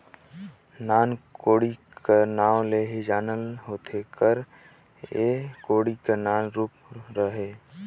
नान कोड़ी कर नाव ले ही जानल होथे कर एह कोड़ी कर नान रूप हरे